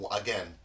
again